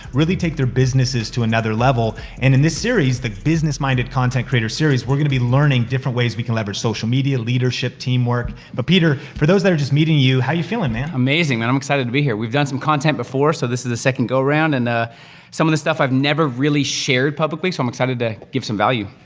really take their businesses to another level. and in the series, the business minded content creator series, we're gonna be learning different ways we can leverage social media, leadership, teamwork. but peter, for those that are just meeting you, how you feelin', man? amazing, man, i'm excited to be here. we've done some content before, so this is the second go around, and ah some of this stuff i've never really shared publicly, so i'm excited to give some value.